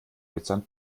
mitsamt